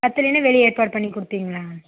பற்றலைன்னா வெளியே ஏற்பாடு பண்ணி கொடுப்பிங்களா